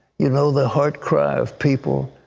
you know the hard cry of people.